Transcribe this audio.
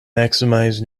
maximize